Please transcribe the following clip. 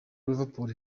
liverpool